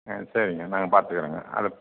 ஆ சரிங்க நாங்கள் பார்த்துக்கிறோங்க அதை